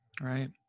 Right